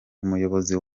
umuyobozi